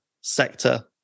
sector